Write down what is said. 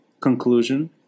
conclusion